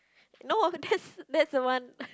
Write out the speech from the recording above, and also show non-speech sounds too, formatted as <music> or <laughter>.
no that's that's the one <noise>